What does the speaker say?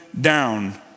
down